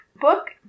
book